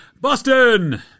Boston